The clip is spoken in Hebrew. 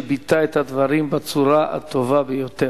שביטא את הדברים בצורה הטובה ביותר.